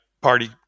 Party